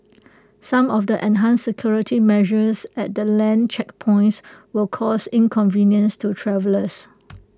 some of the enhanced security measures at the land checkpoints will cause inconvenience to travellers